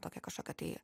tokią kažkokią tai